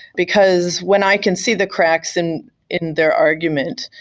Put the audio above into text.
because when i can see the cracks and in their argument,